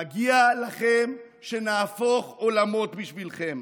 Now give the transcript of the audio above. מגיע לכם שנהפוך עולמות בשבילכם